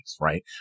right